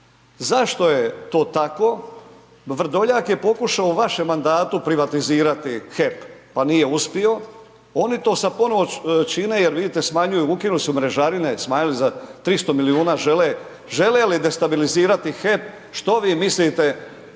Zašto je to tako? Vrdoljak je pokušao u vašem mandatu privatizirati HEP, pa nije uspio, oni to sad ponovo čine jer vidite smanjuju, ukinuli su mrežarine, smanjili za 300 milijuna, žele, žele li destabilizirati HEP, što vi mislite,